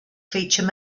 feature